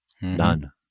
none